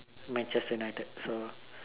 Manchester United so